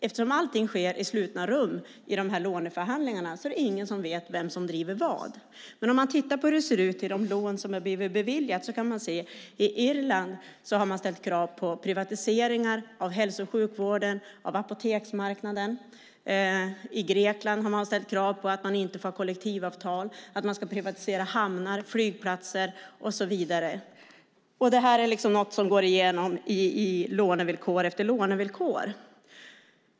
Eftersom allting sker i slutna rum i låneförhandlingarna är det ingen som vet vem som driver vad. Men om vi tittar på hur det ser ut i de lån som har blivit beviljade kan vi se att när det gäller Irland har man ställt krav på privatiseringar av hälso och sjukvården och av apoteksmarknaden. När det gäller Grekland har man ställt krav på att de inte får ha kollektivavtal, att de ska privatisera hamnar, flygplatser och så vidare. Det här är något som går igen i lånevillkor efter lånevillkor.